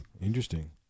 interesting